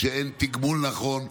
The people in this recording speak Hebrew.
כשאין תגמול נכון.